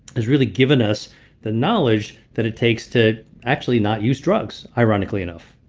has really given us the knowledge that it takes to actually not use drugs, ironically enough